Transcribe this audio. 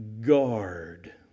guard